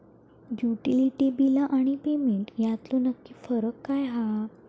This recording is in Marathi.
युटिलिटी बिला आणि पेमेंट यातलो नक्की फरक काय हा?